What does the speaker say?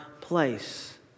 place